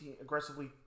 aggressively